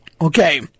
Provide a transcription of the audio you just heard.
okay